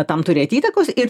tam turėt įtakos ir